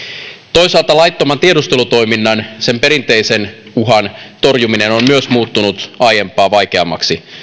toisaalta laittoman tiedustelutoiminnan sen perinteisen uhan torjuminen on myös muuttunut aiempaa vaikeammaksi